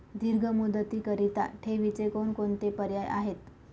दीर्घ मुदतीकरीता ठेवीचे कोणकोणते पर्याय आहेत?